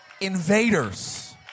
invaders